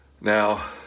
Now